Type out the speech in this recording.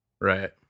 Right